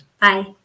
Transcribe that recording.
Bye